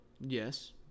Yes